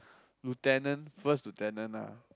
lieutenant first lieutenant